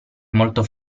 molto